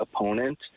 opponent